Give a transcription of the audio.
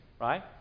right